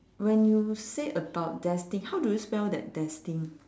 when you say about destined how do you spell that destined